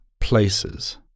places